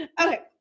okay